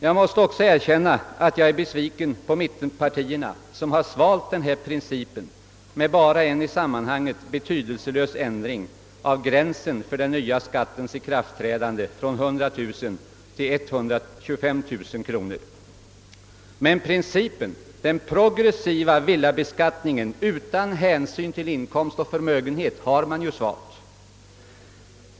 Jag måste erkänna att jag är besviken på mittenpartierna som svalt denna princip med bara en i sammanhanget betydelselös ändring av gränsen för den nya skattens ikraftträdande, från 100 000 till 125 000 kronor. Principen, den progressiva villabeskattningen utan hänsyn till inkomst och förmögenhet, har man svalt.